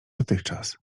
dotychczas